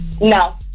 No